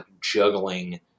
juggling